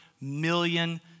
million